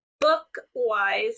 Book-wise